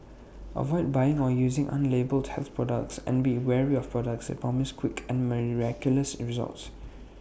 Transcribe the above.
avoid buying or using unlabelled health products and be wary of products that promise quick and miraculous results